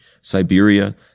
Siberia